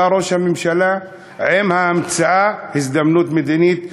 בא ראש הממשלה עם ההמצאה "הזדמנות מדינית נדירה",